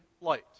light